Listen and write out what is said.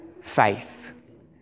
faith